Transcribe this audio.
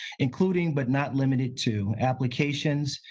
including but not limited to, applications,